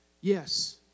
Yes